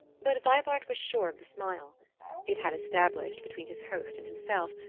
but vibart was sure of the smile it had established, between his host and himself,